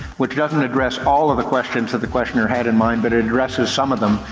which doesn't address all of the question the questioner had in mind, but it addresses some of them.